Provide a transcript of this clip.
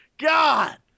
God